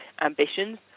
ambitions